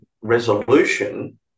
resolution